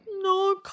No